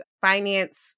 finance